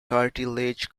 cartilage